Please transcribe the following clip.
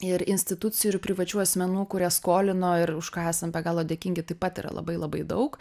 ir institucijų ir privačių asmenų kurie skolino ir už ką esam be galo dėkingi taip pat yra labai labai daug